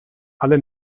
alle